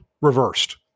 reversed